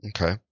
okay